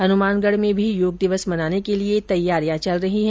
हनुमानगढ में भी योग दिवस मनाने के लिए तैयारियां चल रही हैं